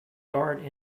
guard